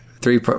three